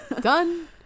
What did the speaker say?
done